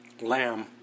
Lamb